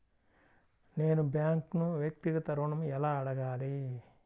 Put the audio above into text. నేను బ్యాంక్ను వ్యక్తిగత ఋణం ఎలా అడగాలి?